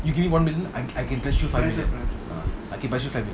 you give me one million I can I can patch you patch you five million ah I can patch you five million